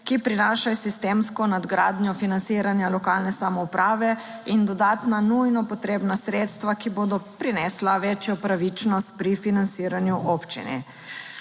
ki prinašajo sistemsko nadgradnjo financiranja lokalne samouprave in dodatna nujno potrebna sredstva, ki bodo prinesla večjo pravičnost pri financiranju občin.